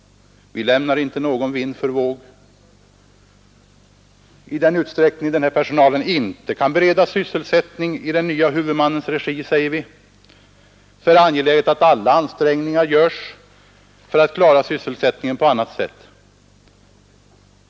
Vi lämnar inte någon vind för våg. I den utsträckning den här personalen inte kan beredas sysselsättning i den nye huvudmannens regi är det angeläget att alla ansträngningar görs för att klara sysselsättningen på annat sätt.